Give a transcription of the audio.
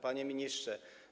Panie Ministrze!